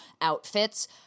outfits